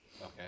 okay